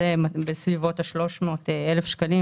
בסביבות ה-300,000 שקלים,